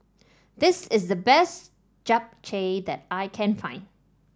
this is the best Japchae that I can find